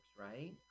right